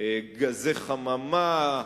גזי חממה,